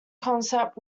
concept